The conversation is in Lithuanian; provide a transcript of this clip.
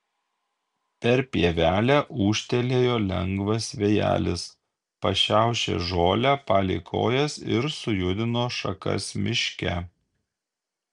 per pievelę ūžtelėjo lengvas vėjelis pašiaušė žolę palei kojas ir sujudino šakas miške